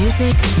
Music